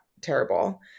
terrible